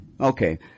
Okay